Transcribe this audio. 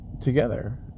together